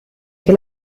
che